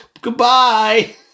Goodbye